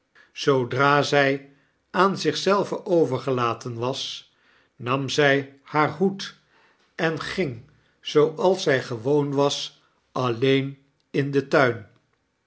zoodra zy aan zich zelve overgelaten was nam zij haar hoed en ging zooals zy gewoon was alleen in den turn